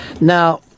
Now